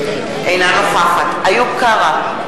אינה נוכחת איוב קרא,